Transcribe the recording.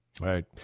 Right